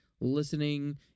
listening